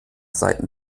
seiten